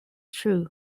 true